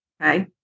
okay